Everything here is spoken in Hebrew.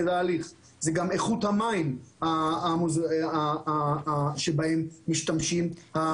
זה גם איכות המים שבהם משתמשים.